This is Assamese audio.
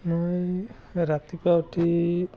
মই ৰাতিপুৱা উঠি